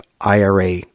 IRA